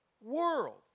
world